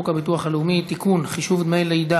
הצעת חוק הביטוח הלאומי (תיקון מס'